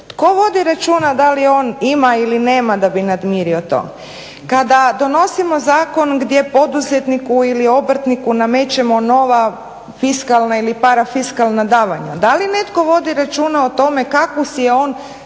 tko vodi računa da li on ima ili nema da bi namirio to? Kada donosimo zakon gdje poduzetniku ili obrtniku namećemo nova fiskalna ili parafiskalna davanja, da li netko vodi računa o tome kakvu si je on